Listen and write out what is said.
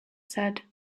said